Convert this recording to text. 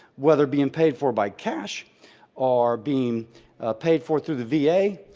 whether being paid for by cash or being paid for through the v a.